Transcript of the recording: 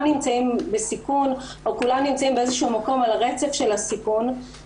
נמצאים בסיכון או כולם נמצאים באיזשהו מקום על הרצף של הסיכון.